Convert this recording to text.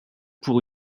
pour